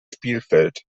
spielfeld